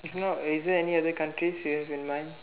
if not is there any other countries you have in mind